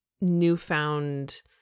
newfound